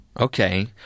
okay